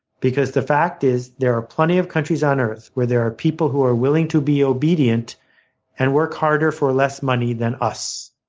because the fact is, there are plenty of countries on earth where there are people who are willing to be obedient and work harder for less money than us.